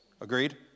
Agreed